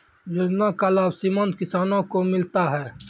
योजना का लाभ सीमांत किसानों को मिलता हैं?